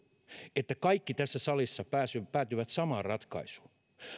että kaikki tässä salissa päätyvät samaan ratkaisuun